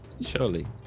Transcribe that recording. surely